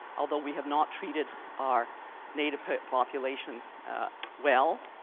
although we have not treated our native population well,